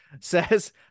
Says